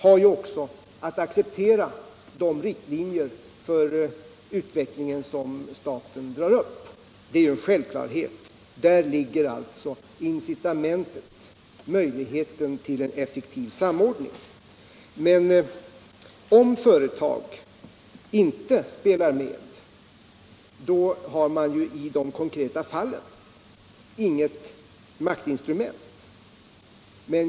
har att också acceptera de riktlinjer för utvecklingen som staten drar upp. Det är ju en självklarhet, och där ligger incitamentet och möj ligheten till en effektiv samordning. Men om företag inte spelar med, då har man i det konkreta fallet inget maktinstrument mot dem.